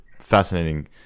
fascinating